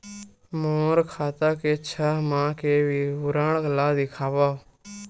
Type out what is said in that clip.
मोर खाता के छः माह के विवरण ल दिखाव?